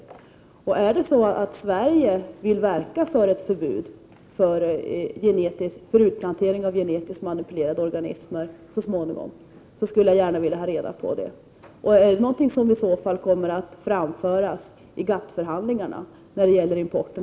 Jag skulle gärna vilja ha reda på om Sverige vill verka för ett förbud mot utplantering av gen-etiskt manipulerade organismer så småningom. Är det någonting som i så fall kommer att framföras i GATT-förhandlingarna om livsmedelsimporten?